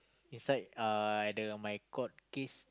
inside uh at the my court case